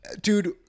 dude